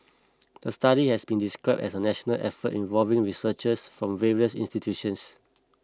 the study has been described as a national effort involving researchers from various institutions